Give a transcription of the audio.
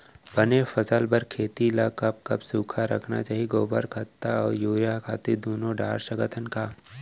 बने फसल बर खेती ल कब कब सूखा रखना चाही, गोबर खत्ता और यूरिया खातू दूनो डारे सकथन का?